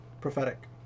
prophetic